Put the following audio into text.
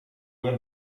nie